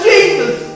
Jesus